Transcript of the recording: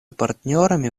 партнерами